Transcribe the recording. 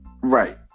Right